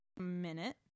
Minute